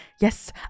Yes